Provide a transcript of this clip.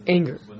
Anger